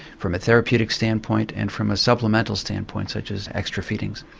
from a therapeutic standpoint and from a supplemental standpoint, such as extra feedings.